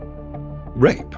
rape